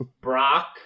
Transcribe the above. Brock